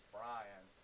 Brian